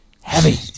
heavy